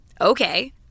Okay